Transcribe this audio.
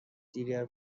دیگر